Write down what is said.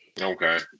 Okay